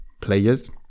players